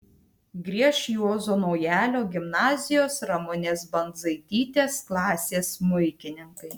grieš juozo naujalio gimnazijos ramunės bandzaitytės klasės smuikininkai